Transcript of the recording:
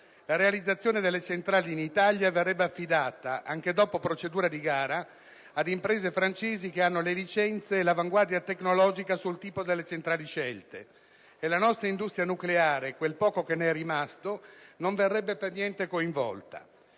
Le realizzazione delle centrali in Italia verrebbe affidata, anche dopo procedura di gara, ad imprese francesi che hanno le licenze e l'avanguardia tecnologica sul tipo delle centrali scelte e la nostra industria nucleare, quel poco che ne è rimasto, non verrebbe per niente coinvolta.